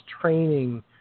training